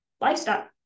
lifestyle